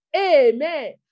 Amen